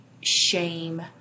shame